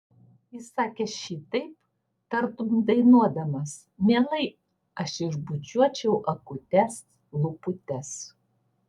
jis sakė šitaip tartum dainuodamas mielai aš išbučiuočiau akutes lūputes